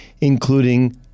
including